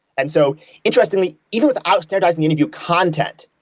and so interestingly, even with ah standardized interview content,